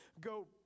go